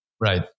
Right